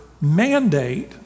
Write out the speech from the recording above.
mandate